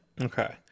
Okay